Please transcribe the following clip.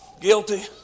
Guilty